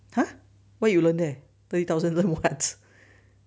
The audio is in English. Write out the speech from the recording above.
!huh! what you learn there thirty thousand learn what